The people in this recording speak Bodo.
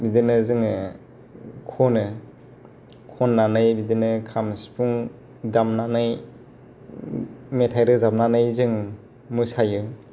बिदिनो जोङो खनो खननानै बिदिन खाम सिफुं दामनानै मेथाइ रोजाबनानै जों मोसायो